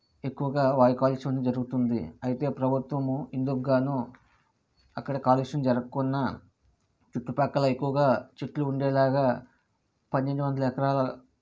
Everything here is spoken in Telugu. ఎక్కువగా వాయు కాలుష్యం అనేది జరుగుతుంది అయితే ప్రభుత్వము ఇందుకు గాను అక్కడ కాలుష్యం జరగకుండా చుట్టుపక్కల ఎక్కువగా చెట్లు ఉండేలాగా పన్నెండు వందల ఎకరాల